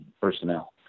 personnel